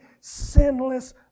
sinless